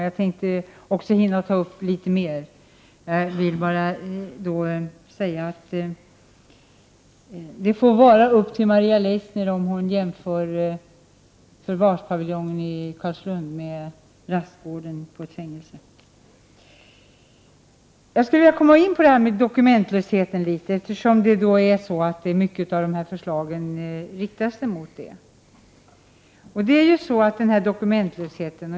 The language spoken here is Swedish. Jag tänkte även hinna ta upp annat. Det får vara upp till Maria Leissner om hon jämför förvarspaviljongen i Carlslund med rastgården på ett fängelse. Jag skulle vilja komma in på dokumentlösheten. Många av förslagen riktas mot resonemangen på den punkten.